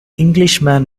englishman